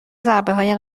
ضربههای